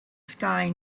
sky